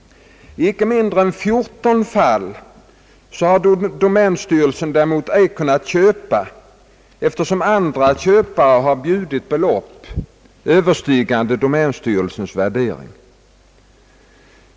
I icke mindre än 14 fall har domänstyrelsen ej kunnat köpa, eftersom andra köpare har bjudit belopp överstigande <:domänstyrelsens värdering.